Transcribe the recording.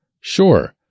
sure